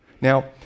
now